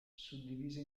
suddivisa